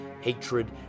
hatred